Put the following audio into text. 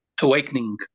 awakening